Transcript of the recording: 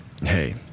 hey